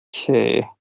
Okay